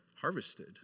harvested